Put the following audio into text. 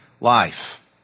life